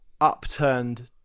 upturned